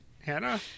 Hannah